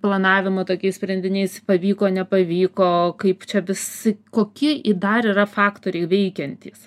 planavimo tokiais sprendiniais pavyko nepavyko kaip čia visi kokie dar yra faktoriai veikiantys